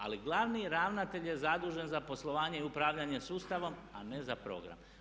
Ali glavni ravnatelj je zadužen za poslovanje i upravljanje sustavom, a ne za program.